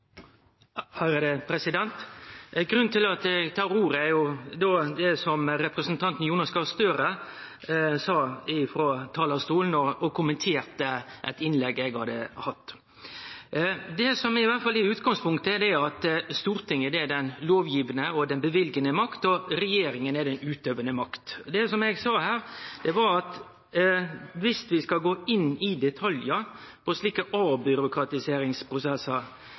som representanten Jonas Gahr Støre sa frå talarstolen, der han kommenterte eit innlegg eg hadde hatt. Det som er utgangspunktet, er at Stortinget er lovgivande og løyvande makt, og regjeringa er utøvande makt. Det eg sa, var at viss vi skal gå inn i detaljar og slike avbyråkratiseringsprosessar,